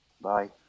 Bye